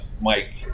Mike